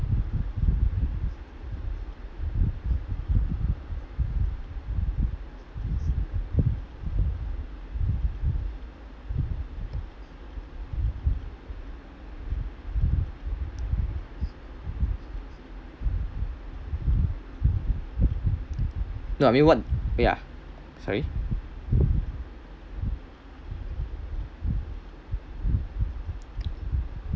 no I mean what yeah sorry